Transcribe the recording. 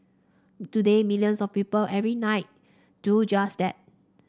today millions of people every night do just that